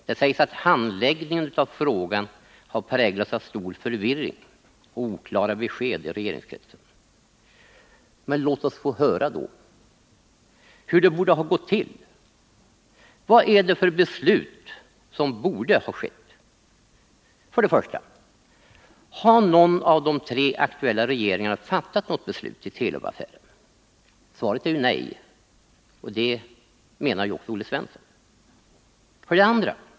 Det sägs att handläggningen av frågan i regeringen har präglats av stor steutövning m.m. förvirring och oklara besked. Men låt oss då få höra hur det borde ha gått till! Vad är det för beslut som borde ha fattats? 1. Har någon av de tre aktuella regeringarna fattat något beslut i Telubaffären? Svaret är ju nej, och det menar också Olle Svensson. 2.